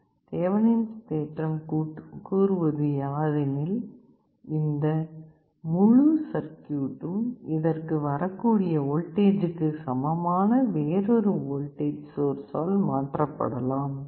Thevenin's தேற்றம் கூறுவது யாதெனில் இந்த முழு சர்க்யூட்டும் இதற்கு வரக்கூடிய வோல்டேஜ்க்கு சமமான வேறொரு வோல்டேஜ் சோர்ஸ்சால் மாற்றப்படலாம்